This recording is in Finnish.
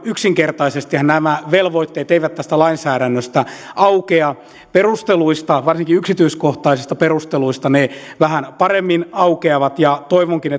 yksinkertaisestihan nämä velvoitteet eivät tästä lainsäädännöstä aukea perusteluista varsinkin yksityiskohtaisista perusteluista ne vähän paremmin aukeavat ja toivonkin